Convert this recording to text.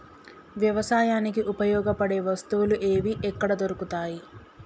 వ్యవసాయానికి ఉపయోగపడే వస్తువులు ఏవి ఎక్కడ దొరుకుతాయి?